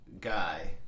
guy